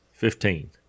Fifteen